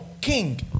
King